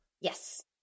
Yes